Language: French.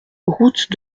route